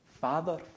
Father